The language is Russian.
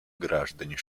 граждане